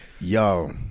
yo